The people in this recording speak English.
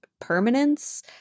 permanence